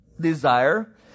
desire